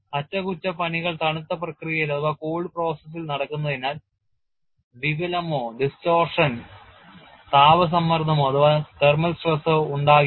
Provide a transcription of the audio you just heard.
അറ്റകുറ്റപ്പണികൾ തണുത്ത പ്രക്രിയയിൽ നടക്കുന്നതിനാൽ വികലമോ താപ സമ്മർദ്ദമോ ഉണ്ടാകില്ല